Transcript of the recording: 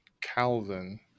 Calvin